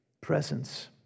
presence